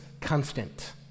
constant